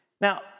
Now